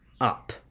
up